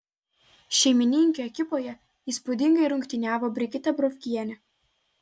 šeimininkių ekipoje įspūdingai rungtyniavo brigita brovkienė